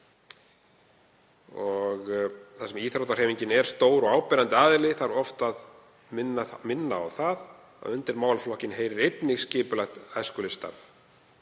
Þar sem íþróttahreyfingin er stór og áberandi aðili þarf oft að minna á það að undir málaflokkinn heyrir einnig skipulagt æskulýðsstarf